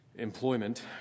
employment